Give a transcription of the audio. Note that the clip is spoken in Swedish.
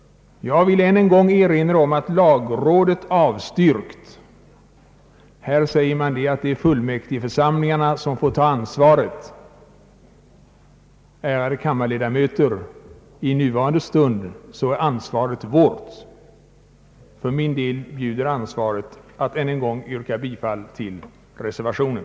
Jag vill än en gång erinra om att lagrådet avstyrkt. Här säger man att fullmäktigeförsamlingarna får ta ansvaret. Ärade kammarledamöter! I nuvarande stund är ansvaret vårt. För min del bjuder ansvaret att än en gång yrka bifall till reservationen.